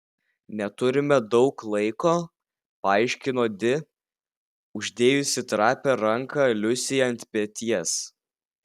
neturime daug laiko paaiškino di uždėjusi trapią ranką liusei ant peties